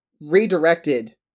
redirected